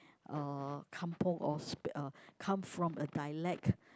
uh kampung or speak uh come from a dialect